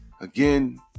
again